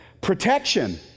Protection